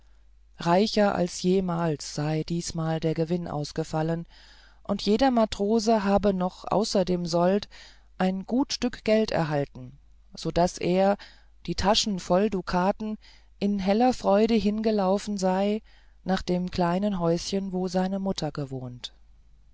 reicher als jemals sei diesmal der gewinn ausgefallen und jeder matrose habe noch außer dem sold ein gut stück geld erhalten so daß er die tasche voll dukaten in heller freude hingelaufen sei nach dem kleinen häuschen wo seine mutter gewohnt